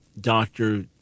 doctor